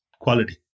quality